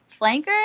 flanker